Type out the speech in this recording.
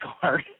card